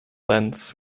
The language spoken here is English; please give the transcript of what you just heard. lens